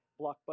blockbuster